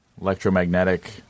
electromagnetic